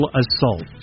assault